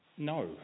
No